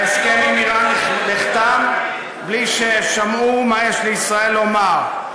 ההסכם עם איראן נחתם בלי ששמעו מה יש לישראל לומר.